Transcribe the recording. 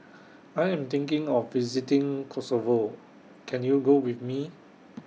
I Am thinking of visiting Kosovo Can YOU Go with Me